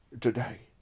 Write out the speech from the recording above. today